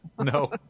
No